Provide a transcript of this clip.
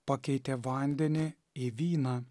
pakeitė vandenį į vyną